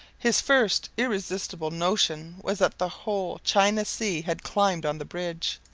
his first irresistible notion was that the whole china sea had climbed on the bridge.